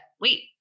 wait